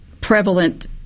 prevalent